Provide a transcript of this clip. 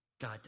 God